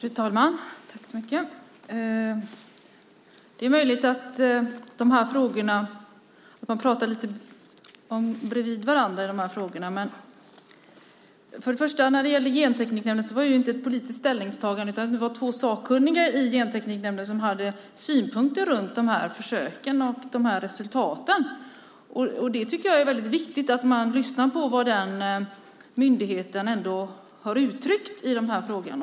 Fru talman! Det är möjligt att vi pratar förbi varandra i de här frågorna. När det gäller Gentekniknämnden var det inte ett politiskt ställningstagande. Det var två sakkunniga i nämnden som hade synpunkter på de här försöken och resultaten. Jag tycker att det är väldigt viktigt att man lyssnar på vad den myndigheten har uttryckt i den här frågan.